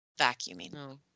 vacuuming